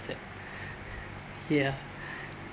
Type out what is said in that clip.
ya